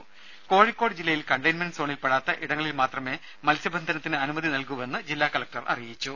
രെര കോഴിക്കോട് ജില്ലയിൽ കണ്ടെയ്ൻമെന്റ് സോണിൽ പെടാത്ത ഇടങ്ങളിൽ മാത്രമേ മത്സ്യ ബന്ധനത്തിന് അനുമതി നൽകൂവെന്ന് ജില്ലാ കലക്ടർ അറിയിച്ചു